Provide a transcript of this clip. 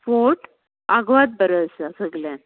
fort Aguada बरो आसा सगळ्यांक